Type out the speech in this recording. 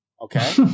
Okay